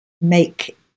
make